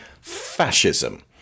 fascism